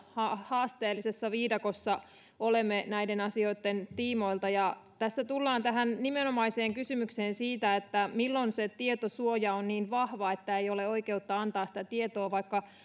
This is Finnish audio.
haasteellisessa viidakossa olemme näiden asioitten tiimoilta tässä tullaan tähän nimenomaiseen kysymykseen siitä että milloin se tietosuoja on niin vahva että ei ole oikeutta antaa sitä tietoa vaikka